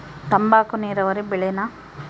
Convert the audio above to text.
ತಂಬಾಕು ನೇರಾವರಿ ಬೆಳೆನಾ?